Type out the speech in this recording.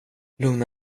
lugna